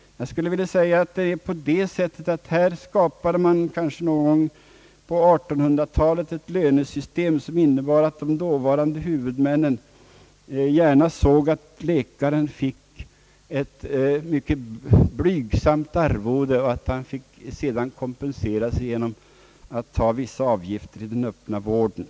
Man skapade kanske någon gång på 1800-talet ett lönesystem som innebar att läkaren fick ett mycket blygsamt arvode och att han sedan fick kompensera sig genom att ta avgifter i den öppna vården.